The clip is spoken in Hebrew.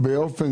באיזו